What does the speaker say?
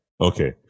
Okay